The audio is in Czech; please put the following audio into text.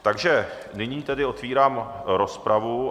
Takže nyní tedy otevírám rozpravu.